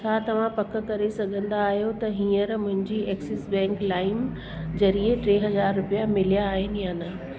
छा तव्हां पक करे सघंदा आहियो त हीअंर मुंहिंजी एक्सिस बैंक लाइम ज़रिए टे हज़ार रुपिया मिलिया आहिनि या न